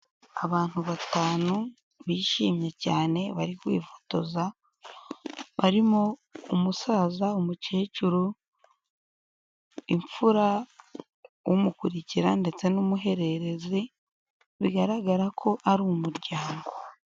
Abantu batanu bishimye cyane, bari kwifotoza, barimo umusaza, umukecuru, imfura, umukurikira ndetse n'umuhererezi, bigaragara ko ari umuryango.